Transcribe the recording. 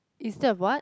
instead of what